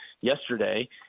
yesterday